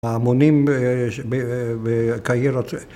‫ההמונים בקהיר...